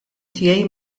tiegħi